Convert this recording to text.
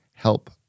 help